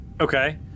Okay